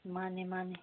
ꯃꯥꯅꯤ ꯃꯥꯅꯤ